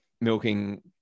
milking